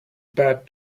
bad